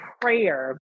prayer